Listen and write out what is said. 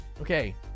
Okay